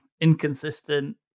inconsistent